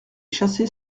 chassé